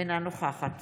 אינה נוכחת